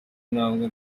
intambwe